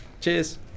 Cheers